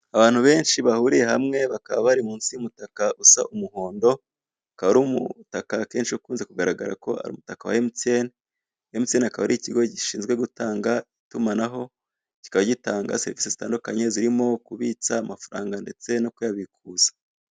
Abantu benshi bahuriye hamwe, bakaba bari munsi y'umutaka usa umuhondo, ukaba ari umutaka akenshi ukunze kugaragara ko ari umutaka wa emutiyeni, emutiyeni akaba ari ikigo gishinzwe gutanga itumanaho, kikaba gitanga serivisi zitandukanye zirimo kubitsa amafaranga ndetse no kuyabikuza.